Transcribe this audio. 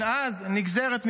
נגזרת מכך,